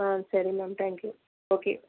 ஆ சரி ma'am thank you okay